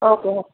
okay